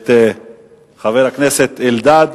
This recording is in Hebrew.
את חבר הכנסת אריה אלדד.